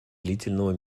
длительного